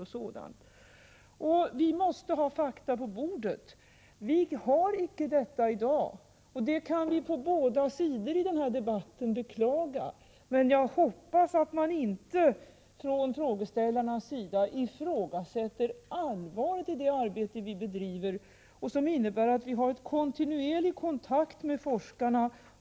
Vi måste alltså ha fakta på bordet, och det har vi icke i dag — något som vi på båda sidor i denna debatt kan beklaga. Jag hoppas att frågeställarna inte ifrågasätter allvaret i det arbete som vi bedriver och som innebär att vi har kontinuerlig kontakt med forskarna.